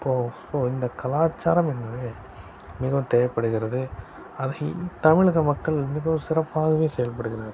அப்போ அப்போ இந்த கலாச்சாரம் என்பது மிகவும் தேவைப்படுகிறது அதை தமிழக மக்கள் மிகவும் சிறப்பாகவே செயல்படுகிறார்